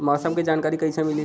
मौसम के जानकारी कैसे मिली?